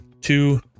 two